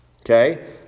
okay